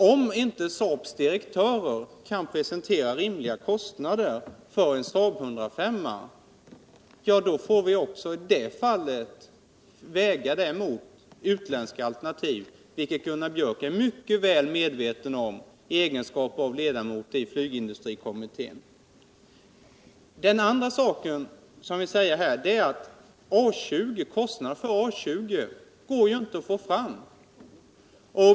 Om inte Saabs direktörer kan presentera rimliga kostnader för ett plan av typen Saab 105, får också det alternativet vägas mot utländska, vilket Gunnar Björk i egenskap av ledamot av flygindustrikommittén är mycket väl medveten om. Det andra beklagliga förhållandet är att kostnaden för A 20 inte går att få fram.